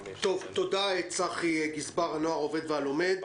תודה צחי פיס, גזבר הנוער העובד והלומד.